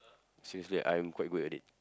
seriously I'm quite good at it